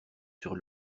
sur